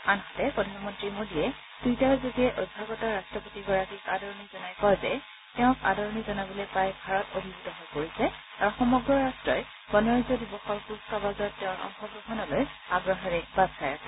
আনহাতে প্ৰধানমন্ত্ৰী মোডীয়ে টুইটাৰ যোগে অভ্যাগত ৰাট্টপতি গৰাকীক আদৰণি জনাই কয় যে তেওঁক আদৰণি জনাবলৈ পায় ভাৰত অভিভুত হৈ পৰিছে আৰু সমগ্ৰ ৰট্টই গণৰাজ্য দিৱসৰ কুচ কাৱাজত তেওঁৰ অংশগ্ৰহণলৈ আগ্ৰহেৰে বাট চাই আছে